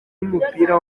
umupira